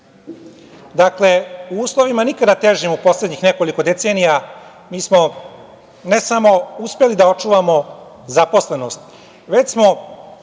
Dakle, u uslovima nikada težim u poslednjih nekoliko decenija, mi smo ne samo uspeli da očuvamo zaposlenost, već smo